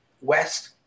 west